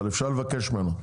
אבל אפשר לבקש ממנו.